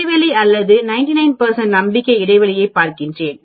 இடைவெளி அல்லது நான் 99 நம்பிக்கை இடைவெளியைப் பார்க்கிறேன்